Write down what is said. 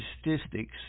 Statistics